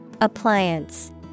Appliance